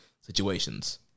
situations